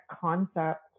concept